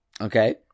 Okay